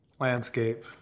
landscape